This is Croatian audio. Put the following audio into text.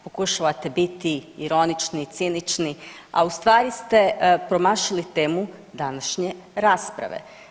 Pokušavate biti ironični, cinični a u stvari ste promašili temu današnje rasprave.